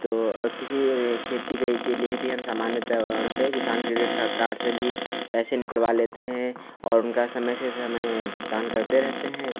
तो और किसी खेती के ही के लिए भी हम सामान्यतः रुपये किसान क्रेडिट कार्ड से भी पैसे निकलवा लेते हैं और उनका समय से समय भुगतान करते रहते हैं